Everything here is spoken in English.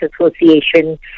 Association